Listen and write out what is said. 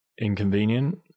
inconvenient